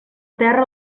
terra